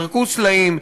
זרקו סלעים,